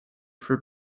for